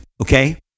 okay